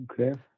Okay